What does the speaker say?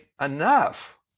Enough